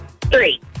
Three